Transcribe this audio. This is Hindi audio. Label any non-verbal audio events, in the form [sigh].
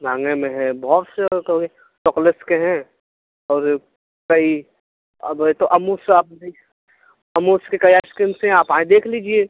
महंगे में हैं बहुत से कहोगे चौकलेट्स के हैं और कई बोले तो है अमुल्स [unintelligible] अमूल्स की कई आइस क्रीम्स हैं आप आ देख लीजिए